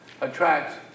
attracts